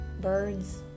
birds